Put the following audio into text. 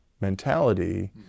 mentality